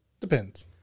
Depends